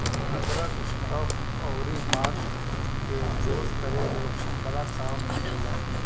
अदरक कफ़ अउरी वात के दूर करे में बड़ा काम देला